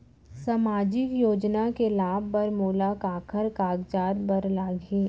सामाजिक योजना के लाभ बर मोला काखर कागजात बर लागही?